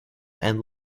and